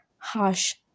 Harsh